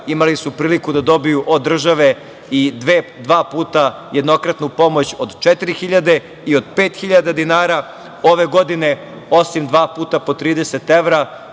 imali su priliku da dobiju od države i dva puta jednokratnu pomoć od 4.000 i od 5.000 dinara, ove godine osim dva puta po 30 evra